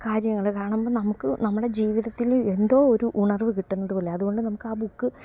കാര്യങ്ങൾ കാരണം ഇപ്പം നമുക്ക് നമ്മുടെ ജീവിതത്തിൽ എന്തോ ഒരു ഉണർവു കിട്ടുന്നതുപോലെയാണ് അതുകൊണ്ട് നമുക്കാ ബുക്ക്